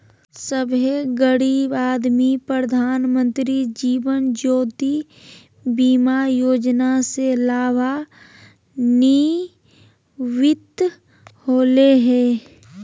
सभे गरीब आदमी प्रधानमंत्री जीवन ज्योति बीमा योजना से लाभान्वित होले हें